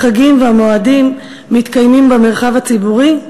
החגים והמועדים מתקיימים במרחב הציבורי,